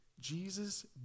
Jesus